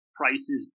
prices